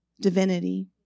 divinity